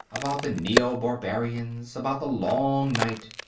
about the neobarbarians, about the long night.